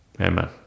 Amen